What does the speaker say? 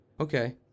Okay